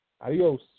Adios